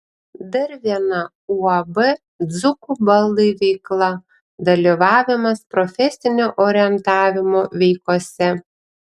dar viena uab dzūkų baldai veikla dalyvavimas profesinio orientavimo veikose